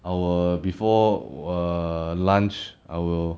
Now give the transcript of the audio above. I will before err lunch I will